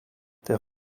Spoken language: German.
der